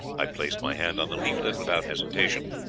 i placed my hand on the leaflet without hesitation,